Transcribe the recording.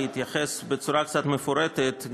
להתייחס בצורה קצת מפורטת,